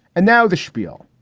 and now the spiel.